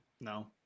No